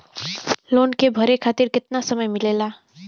Loan के भरे खातिर कितना समय मिलेला?